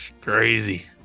Crazy